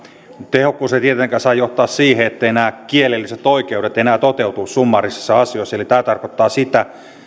tehokkuus ei tietenkään saa johtaa siihen etteivät nämä kielelliset oikeudet enää toteutuisi summaarisissa asioissa eli tämä tarkoittaa sitä